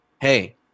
hey